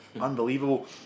unbelievable